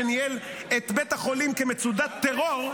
שניהל את בית החולים כמצודת טרור,